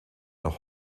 noch